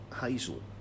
Hazel